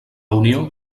unió